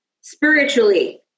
spiritually